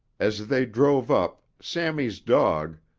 as they drove up, sammy's dog,